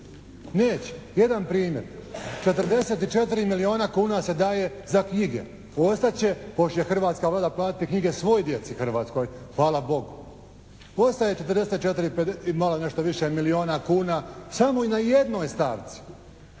neće. Jedan primjer, 44 milijuna kuna se daje za knjige. Ostat će pošto će hrvatska Vlada platiti knjige svoj djeci hrvatskoj, hvala Bogu, ostaje 44 i malo nešto više milijuna kuna samo na jednoj stavci.